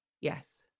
Yes